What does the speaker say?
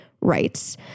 rights